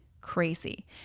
crazy